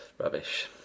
Rubbish